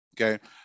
okay